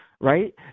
right